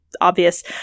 obvious